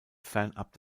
fernab